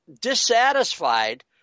dissatisfied